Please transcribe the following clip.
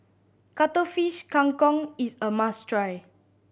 Cuttlefish Kang Kong is a must try